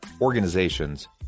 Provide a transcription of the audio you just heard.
organizations